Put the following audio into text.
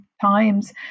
times